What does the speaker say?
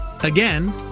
Again